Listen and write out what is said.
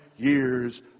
years